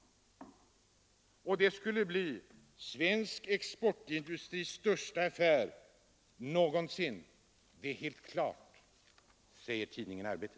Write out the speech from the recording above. Det skulle bli svensk exportindustris största affär någonsin. Det är helt klart, säger tidningen Arbetet.